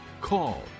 call